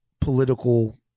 political